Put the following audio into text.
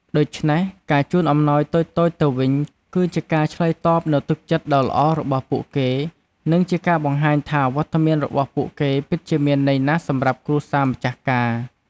ដូច្នេះ ការជូនអំណោយតូចៗទៅវិញ គឺជាការឆ្លើយតបនូវទឹកចិត្តដ៏ល្អរបស់ពួកគេ និងជាការបង្ហាញថាវត្តមានរបស់ពួកគេពិតជាមានន័យណាស់សម្រាប់គ្រួសារម្ចាស់ការ។